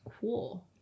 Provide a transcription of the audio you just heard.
cool